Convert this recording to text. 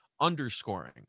underscoring